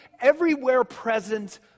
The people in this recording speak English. everywhere-present